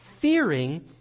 fearing